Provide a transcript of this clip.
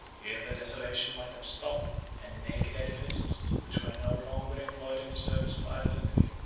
here the desolation might have stopped and the naked edifices, which were no longer employed in the service of idolatry,